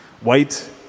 white